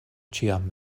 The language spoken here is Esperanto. ĉiam